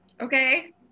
Okay